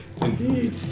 Indeed